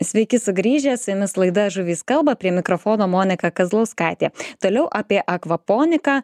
sveiki sugrįžę su jumis laida žuvys kalba prie mikrofono monika kazlauskaitė toliau apie akvaponiką